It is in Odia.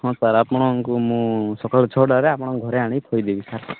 ହଁ ସାର୍ ଆପଣଙ୍କୁ ମୁଁ ସକାଳ ଛଅଟାରେ ଆପଣଙ୍କ ଘରେ ଆଣି ଥୋଇଦେବି ସାର୍